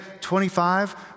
25